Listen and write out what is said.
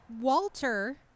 Walter